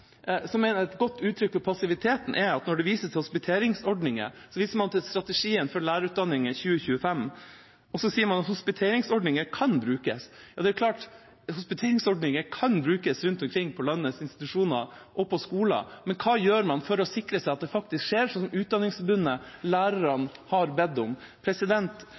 så sier man at hospiteringsordninger «kan» brukes. Ja, det er klart: Hospiteringsordninger kan brukes rundt omkring på landets institusjoner og på skoler. Men hva gjør man for å sikre at det faktisk skjer, slik Utdanningsforbundet og lærerne har bedt om?